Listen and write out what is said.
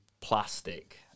plastic